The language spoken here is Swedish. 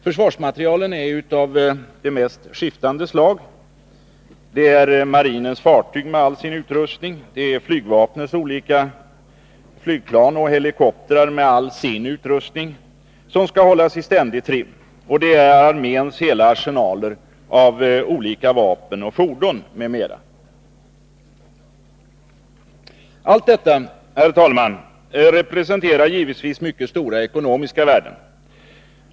Försvarsmaterielen är av de mest skiftande slag. Det är marinens fartyg med all sin utrustning. Det är flygvapnets olika flygplan och helikoptrar med all sin utrustning, som skall hållas i ständig trim. Och det är arméns hela arsenaler av olika vapen och fordon m.m. Allt detta, herr talman, representerar givetvis mycket stora ekonomiska värden.